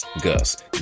Gus